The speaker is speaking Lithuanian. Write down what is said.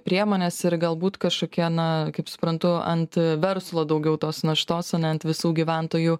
priemonės ir galbūt kažkokia na kaip suprantu ant verslo daugiau tos naštos o ne ant visų gyventojų